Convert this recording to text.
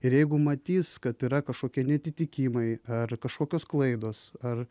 ir jeigu matys kad yra kažkokie neatitikimai ar kažkokios klaidos ar